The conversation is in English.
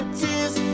tears